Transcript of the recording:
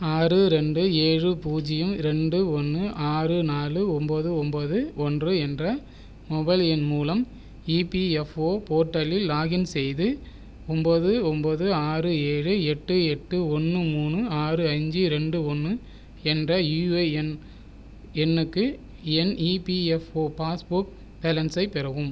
ஆறு ரெண்டு ஏழு பூஜ்யம் ரெண்டு ஒன்று ஆறு நான்கு ஒம்பது ஒம்பது ஒன்று என்ற மொபைல் எண் மூலம் இபிஎஃப்ஓ போர்ட்டலில் லாக்இன் செய்து ஒம்பது ஒம்பது ஆறு ஏழு எட்டு எட்டு ஒன்று மூணு ஆறு ஐந்து இரண்டு ஒன்று என்ற யூஏஎன் எண்ணுக்கு என் இபிஎஃப்ஓ பாஸ்புக் பேலன்ஸை பெறவும்